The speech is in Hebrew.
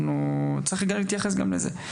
וצריך להתייחס גם לזה.